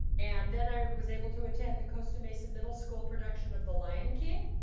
and then i was able to attend the costa mesa middle school's production of the lion king,